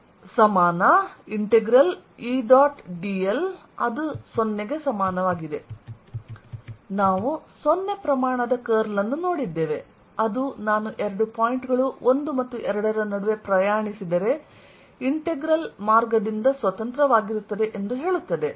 dl0 ನಾವು 0 ಪ್ರಮಾಣದ curl ಅನ್ನು ನೋಡಿದ್ದೇವೆ ಅದು ನಾನು ಎರಡು ಪಾಯಿಂಟ್ ಗಳು 1 ಮತ್ತು 2ರ ನಡುವೆ ಪ್ರಯಾಣಿಸಿದರೆ ಇಂಟೆಗ್ರಲ್ ಮಾರ್ಗದಿಂದ ಸ್ವತಂತ್ರವಾಗಿರುತ್ತದೆ ಎಂದು ಹೇಳುತ್ತದೆ